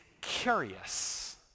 curious